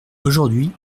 aujourd’hui